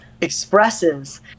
expresses